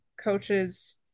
coaches